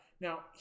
Now